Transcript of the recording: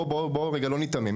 בואו רגע לא ניתמם.